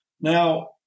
Now